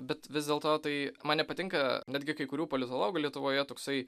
bet vis dėlto tai man nepatinka netgi kai kurių politologų lietuvoje toksai